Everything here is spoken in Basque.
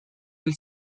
hil